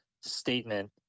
statement